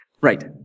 Right